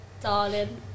Darling